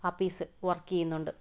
ആപ്പീസ് work ചെയ്യുന്നുണ്ട്